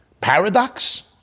paradox